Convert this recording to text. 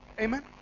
Amen